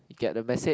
get the message